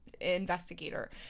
investigator